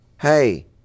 hey